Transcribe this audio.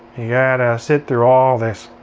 yeah gotta sit through all this.